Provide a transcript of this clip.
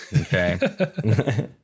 okay